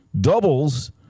doubles